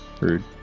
rude